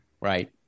Right